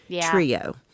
trio